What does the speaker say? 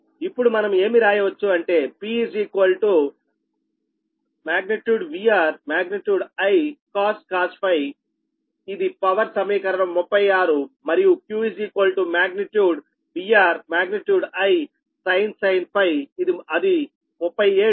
ఇప్పుడు మనం ఏమి రాయవచ్చు అంటే P |VR| |I|cos ∅ ఇది పవర్ సమీకరణం 36 మరియు Q magnitude |VR| |I| sin ∅ అది 37